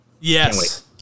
Yes